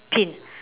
pin